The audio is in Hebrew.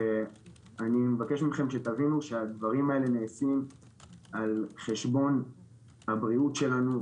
אני מבקש מכם שתבינו שהדברים האלה נעשים על חשבון הבריאות שלנו,